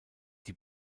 die